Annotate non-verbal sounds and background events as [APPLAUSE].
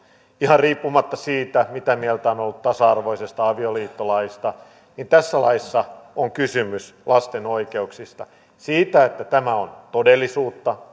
ihan riippumatta siitä mitä mieltä on ollut tasa arvoisesta avioliittolaista tässä laissa on kysymys lasten oikeuksista siitä että tämä on todellisuutta [UNINTELLIGIBLE]